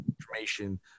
information